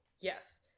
yes